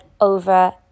over